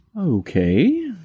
okay